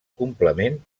complement